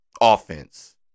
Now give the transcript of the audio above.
offense